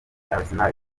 arsenal